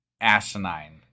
asinine